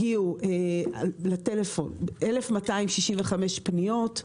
הגיעו לטלפון 1,265 פניות,